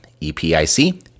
E-P-I-C